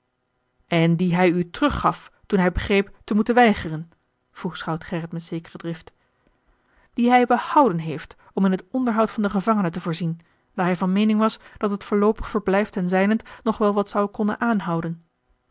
en die hij u teruggaf toen hij begreep te moeten weigeren vroeg schout gerrit met zekere drift die hij behouden heeft om in het onderhoud van den gevangene te voorzien daar hij van meening was dat het voorloopig verblijf ten zijnent nog wel wat zou konnen aanhouden